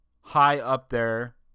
high-up-there